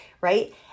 right